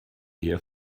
ehe